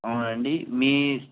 అవునండి మీ